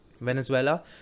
Venezuela